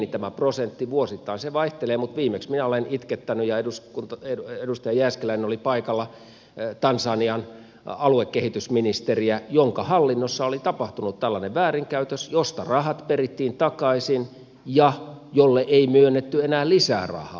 vuosittain se vaihtelee mutta viimeksi minä olen itkettänyt ja edustaja jääskeläinen oli paikalla tansanian aluekehitysministeriä jonka hallinnossa oli tapahtunut tällainen väärinkäytös josta rahat perittiin takaisin ja jolle ei myönnetty enää lisää rahaa